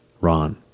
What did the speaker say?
Ron